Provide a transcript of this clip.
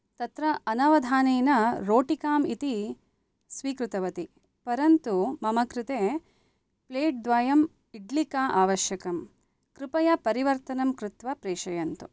तत्र अनवधानेन रोटिकाम् इति स्वीकृतवती परन्तु मम कृते प्लेट् द्वयम् इड्लिका आवश्यकं कृपया परिवर्तनं कृत्त्वा प्रेषयन्तु